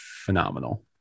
phenomenal